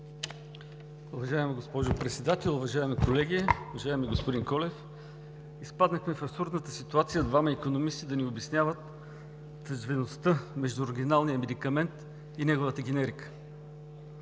Уважаема госпожо Председател, уважаеми колеги! Уважаеми господин Колев, изпаднахме в абсурдната ситуация двама икономисти да ни обясняват тъждествеността между оригиналния медикамент и неговата генерика.